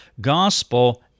gospel